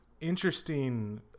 interesting